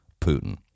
Putin